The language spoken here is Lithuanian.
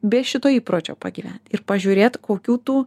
be šito įpročio pagyvent ir pažiūrėt kokių tų